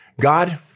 God